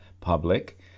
public